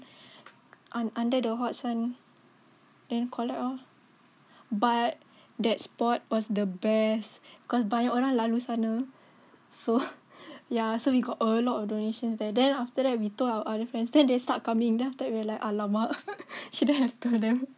un~ under the hot sun then collect lor but that spot was the best cause banyak orang lalu sana so ya so we got a lot of donations there then after that we told our other friends then they start coming then after that we were like !alamak! shouldn't have told them